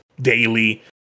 daily